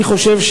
אני חושב,